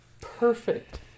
perfect